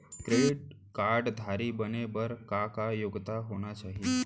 Credit card धारी बने बर का का योग्यता होना चाही?